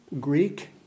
Greek